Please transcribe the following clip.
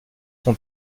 son